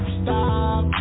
stop